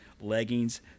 leggings